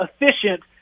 efficient